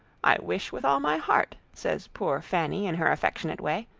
i wish, with all my heart says poor fanny in her affectionate way,